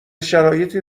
شرایطی